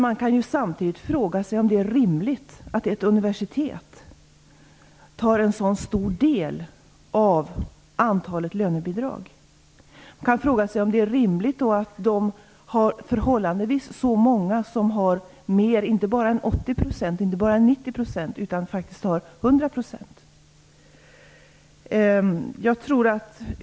Man kan samtidigt fråga sig om det är rimligt att ett universitet tar en så stor del av antalet lönebidrag. Man kan fråga sig om det är rimligt att det har förhållandevis så många anställda som har ett bidrag på inte bara mer än 80 % eller 90 % utan faktiskt har ett bidrag på 100 %.